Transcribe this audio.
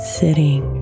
sitting